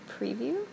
preview